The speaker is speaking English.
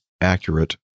accurate